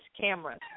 cameras